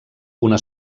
una